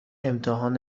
امتحان